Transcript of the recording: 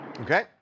Okay